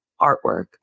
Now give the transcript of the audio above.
artwork